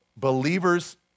believer's